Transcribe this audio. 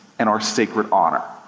and our sacred honor.